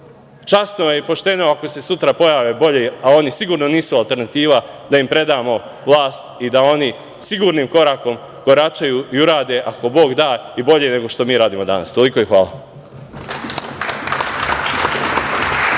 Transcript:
časno i pošteno ako se sutra pojave bolji, a oni sigurno nisu alternativa, da im predamo vlast i da oni sigurnim korakom koračaju i urade, ako Bog da, i bolje nego što mi radimo danas. Hvala.